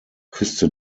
küste